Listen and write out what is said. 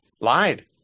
lied